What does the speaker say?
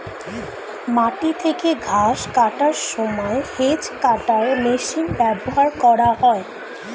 মাটি থেকে ঘাস কাটার সময় হেজ্ কাটার মেশিন ব্যবহার করা হয়